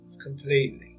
completely